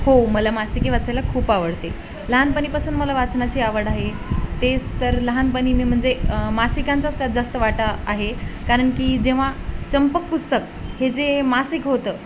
हो मला मासिके वाचायला खूप आवडते लहानपणापासून मला वाचनाची आवड आहे तेच तर लहानपणी मी म्हणजे मासिकांचाच त्या जास्त वाटा आहे कारण की जेव्हा चंपक पुस्तक हे जे मासिक होतं